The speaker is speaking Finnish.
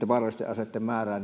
vaarallisten aseitten määrää